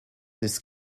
this